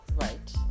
right